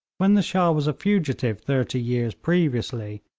when the shah was a fugitive thirty years previously,